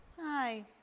Hi